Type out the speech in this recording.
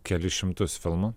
kelis šimtus filmų